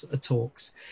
talks